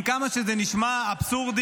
עם כמה שזה נשמע אבסורדי,